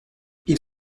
ils